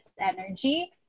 energy